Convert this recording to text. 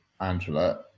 Angela